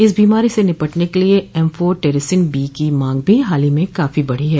इस बीमारी से निपटने के लिए एम्फोटेरिसिन बी की मांग भी हाल ही में काफी बढ़ी है